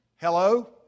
Hello